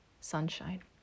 sunshine